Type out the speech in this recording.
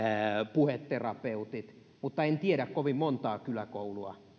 puheterapeutit mutta en tiedä kovin montaa kyläkoulua